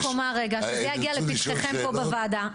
אני רק אומר, רגע, שזה יגיע לפתחכם פה בוועדה.